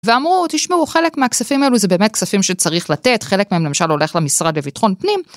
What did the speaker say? ואמרו תשמעו חלק מהכספים האלו זה באמת כספים שצריך לתת חלק מהם למשל הולך למשרד לביטחון פנים.